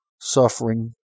suffering